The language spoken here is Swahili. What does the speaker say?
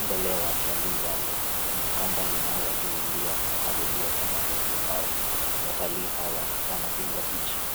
mbele ya watalii wale kuna kamba inaowasuilia kukaribia sana hawa, watalii hawa wanapika picha.